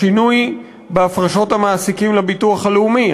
השינוי בהפרשות המעסיקים לביטוח הלאומי.